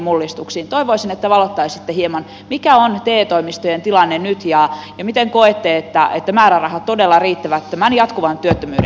toivoisin että valottaisitte hieman mikä on te toimistojen tilanne nyt ja miten koette että määrärahat todella riittävät tämän jatkuvan työttömyyden hoitoon